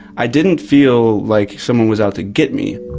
i didn't feel like someone was out to get me.